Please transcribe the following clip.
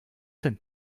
hin